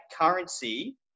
currency